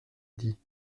dit